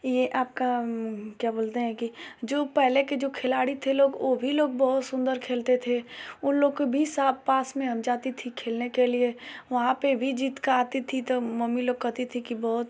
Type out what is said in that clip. ये आपका क्या बोलते हैं कि जो पहले के जो खिलाड़ी थे लोग ओ भी लोग बहुत सुंदर खेलते थे उन लोग के भी पास में हम जाती थी खेलने के लिए वहाँ पर भी जीत का आती थी तो मम्मी लोग कहती थी कि बहुत